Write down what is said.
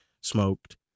smoked